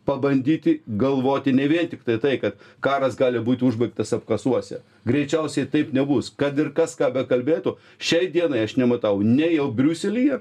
pabandyti galvoti ne vien tiktai tai kad karas gali būti užbaigtas apkasuose greičiausiai taip nebus kad ir kas ką bekalbėtų šiai dienai aš nematau nei jau briuselyje